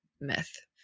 myth